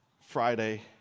Friday